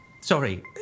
sorry